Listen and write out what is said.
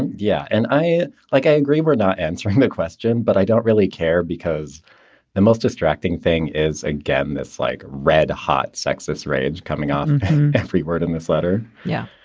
yeah. and i like i agree or not answering the question, but i don't really care, because the most distracting thing is, again, this like red hot sexist rage coming off every word in this letter. yeah.